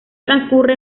transcurre